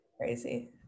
Crazy